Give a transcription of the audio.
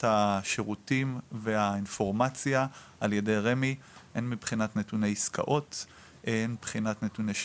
השירותים והאינפורמציה על ידי רמ"י הן מבחינת נתוני עסקאות,